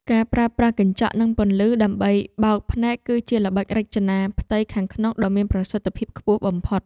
ការប្រើប្រាស់កញ្ចក់និងពន្លឺដើម្បីបោកភ្នែកគឺជាល្បិចរចនាផ្ទៃខាងក្នុងដ៏មានប្រសិទ្ធភាពខ្ពស់បំផុត។